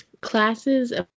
classes